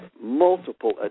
multiple